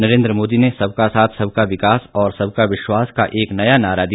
नरेंद्र मोदी ने सबका साथ सबका विकास और सबका विश्वास का एक नया नारा दिया